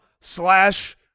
slash